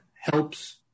helps